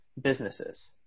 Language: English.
businesses